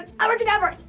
and abracadabra!